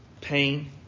pain